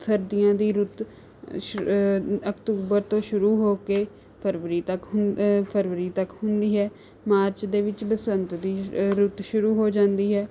ਸਰਦੀਆਂ ਦੀ ਰੁੱਤ ਸ਼ ਅਕਤੂਬਰ ਤੋਂ ਸ਼ੁਰੂ ਹੋ ਕੇ ਫ਼ਰਵਰੀ ਤੱਕ ਹੁੰ ਫ਼ਰਵਰੀ ਤੱਕ ਹੁੰਦੀ ਹੈ ਮਾਰਚ ਦੇ ਵਿੱਚ ਬਸੰਤ ਦੀ ਰੁੱਤ ਸ਼ੁਰੂ ਹੋ ਜਾਂਦੀ ਹੈ